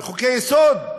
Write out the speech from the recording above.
בחוקי-יסוד,